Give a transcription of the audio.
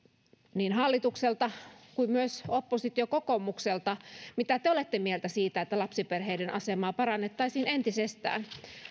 niin hallitukselta kuin myös oppositiokokoomukselta mitä te olette mieltä siitä että lapsiperheiden asemaa parannettaisiin entisestään